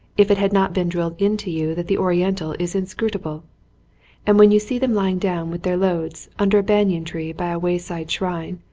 if it had not been drilled into you that the oriental is inscrutable and when you see them lying down with their loads under a banyan tree by a wayside shrine,